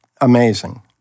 amazing